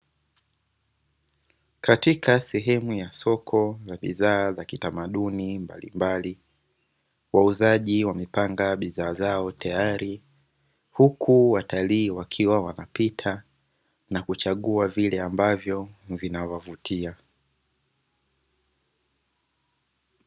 Katika sehemu ya soko la bidhaa za kitamaduni mbalimbali, wauzaji wamepanga bidhaa zao tayari. Huku watalii wakiwa wanapita na kuchagua vile ambavyo vinawavutia.